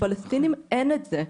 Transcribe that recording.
לפלסטינים אין את זה,